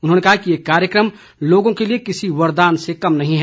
उन्होंने कहा कि ये कार्यक्रम लोगों के लिए किसी वरदान से कम नहीं है